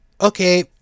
okay